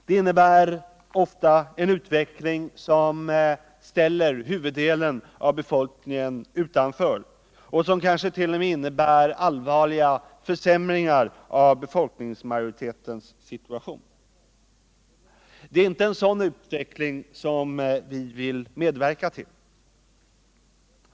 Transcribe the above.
Det innebär ofta en utveckling som ställer huvuddelen av befolkningen utanför och som kanske till och med leder till allvarliga försämringar av befolkningsmajoritetens situation. Det är inte en sådan uveckling vi vill medverka till.